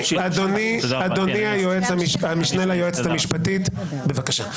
אדוני המשנה ליועצת המשפטית, בבקשה.